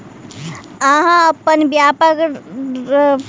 अहाँ अपन व्यापारक लेल फ़ोन पे के उपयोग करै छी की?